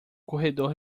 corredor